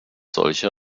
solche